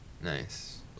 Nice